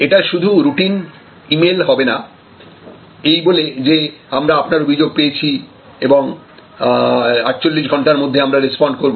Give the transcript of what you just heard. এটা শুধু routine email হবে না এই বলে যে আমরা আপনার অভিযোগ পেয়েছি এবং 48 ঘণ্টার মধ্যে আমরা রেস্পন্ড করব